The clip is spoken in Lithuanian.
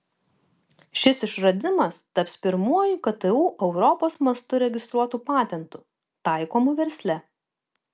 šis išradimas taps pirmuoju ktu europos mastu registruotu patentu taikomu versle